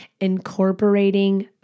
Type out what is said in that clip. incorporating